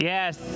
Yes